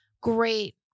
great